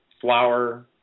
flour